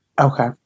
Okay